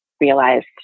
Realized